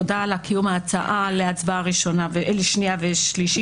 תודה על קידום ההצעה להצבעה שנייה ושלישית,